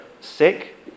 sick